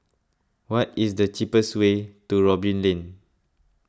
what is the cheapest way to Robin Lane